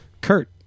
Kurt